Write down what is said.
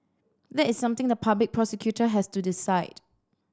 that is something the public prosecutor has to decide